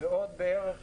ועוד בערך